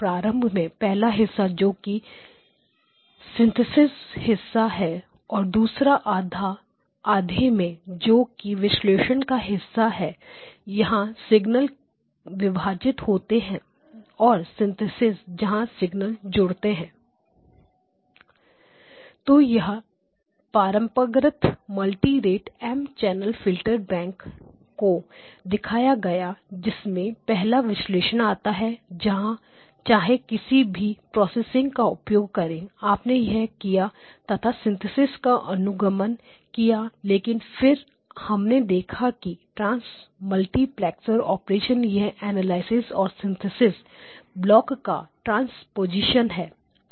प्रारंभ में पहले हिस्से में जो कि सिंथेसिस हिस्सा है और दूसरे आधे में जो कि विश्लेषण का हिस्सा है वहां सिगनल्स विभाजित होते हैं और सिंथेसिस जहां सिग्नलcombined जोड़ते हैं तो यहां परंपरागत multi rate M channel filter bank को दिखाया गया जिसमें पहले विश्लेषण आता है चाहे किसी भी प्रोसेसिंग का उपयोग करें आपने यह किया तथा सिंथेसिस synthesis का अनुगमन किया लेकिन फिर फिर हमने देखा कि ट्रांस मल्टीप्लेक्स ऑपरेशन यह एनालिसिस और सिंथेसिस ब्लॉक का ट्रांस मल्टीप्लेक्स है